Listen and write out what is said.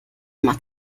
macht